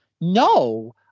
no